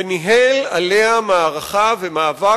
וניהל עליה מערכה ומאבק,